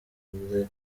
ngize